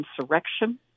insurrection